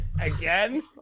again